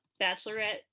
Bachelorette